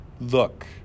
look